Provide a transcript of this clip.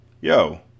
Yo